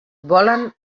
volen